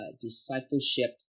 discipleship